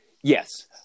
Yes